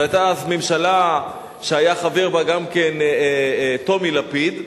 זו היתה אז ממשלה שהיה חבר בה גם כן טומי לפיד,